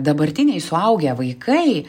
dabartiniai suaugę vaikai